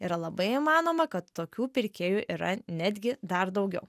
yra labai įmanoma kad tokių pirkėjų yra netgi dar daugiau